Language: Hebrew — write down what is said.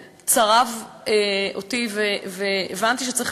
הידע, ואנחנו דורכים